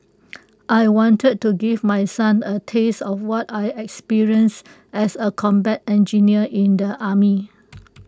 I wanted to give my son A taste of what I experienced as A combat engineer in the army